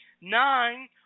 nine